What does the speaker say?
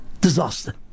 disaster